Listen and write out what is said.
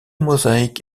mosaic